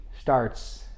starts